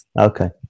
Okay